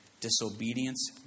Disobedience